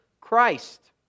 Christ